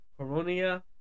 Coronia